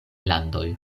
landoj